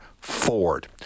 Ford